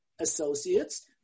associates